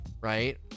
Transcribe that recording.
right